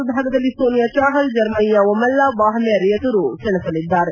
ವಿಭಾಗದಲ್ಲಿ ಸೋನಿಯಾ ಚಹಲ್ ಜರ್ಮನಿಯ Ornella Wahner ಎದುರು ಸೆಣಸಲಿದ್ದಾರೆ